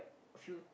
few